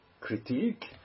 critique